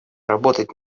работать